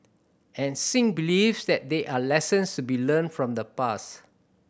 and Singh believes that there are lessons to be learnt from the past